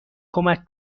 کمک